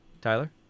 Tyler